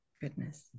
goodness